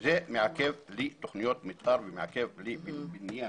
זה מעכב לי תוכניות מתאר ומעכב לי בנייה.